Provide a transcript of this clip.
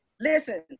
Listen